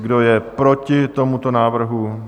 Kdo je proti tomuto návrhu?